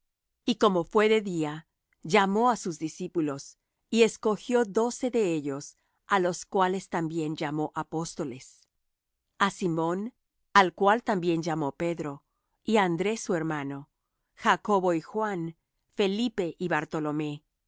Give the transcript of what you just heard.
y como fué de día llamó á sus discípulos y escogió doce de ellos á los cuales también llamó apóstoles a simón al cual también llamó pedro y á andrés su hermano jacobo y juan felipe y bartolomé